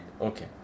Okay